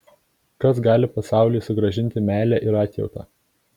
kas gali pasauliui sugrąžinti meilę ir atjautą